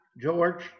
George